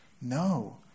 No